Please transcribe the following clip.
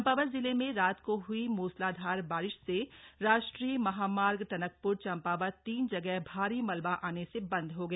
चंपावत जिले में रात को हई मूसलाधार बारिश से राष्ट्रीय महामार्ग टनकप्र चंपावत तीन जगह भारी मलबा आने से बंद हो गया